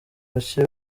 bake